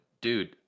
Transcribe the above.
Dude